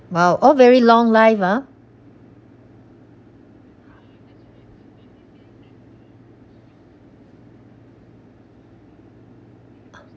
!wow! all very long life ah